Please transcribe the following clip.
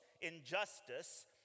injustice